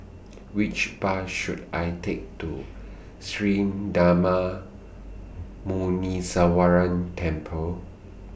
Which Bus should I Take to Sri Darma Muneeswaran Temple